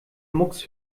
mucks